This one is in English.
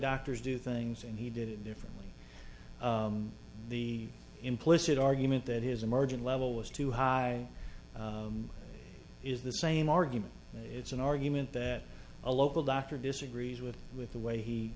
doctors do things and he did it differently the implicit argument that his emergent level was too high is the same argument it's an argument that a local doctor disagrees with with the way he